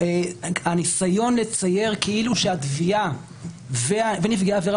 הניסיון לצייר כאילו התביעה ונפגעי העבירה